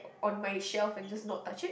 on my shelf and just not touch it